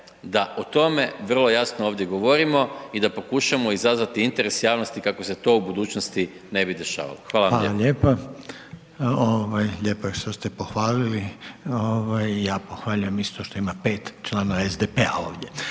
da o tome, vrlo jasno ovdje govorimo i da pokušamo izazvati interes javnosti, kako se to u budućnosti ne bi dešavalo. Hvala vam lijepo. **Reiner, Željko (HDZ)** Hvala vam lijepo. Lijepo je što ste pohvalili i ja pohvaljujem isto što ima 5 članova SDP-a ovdje,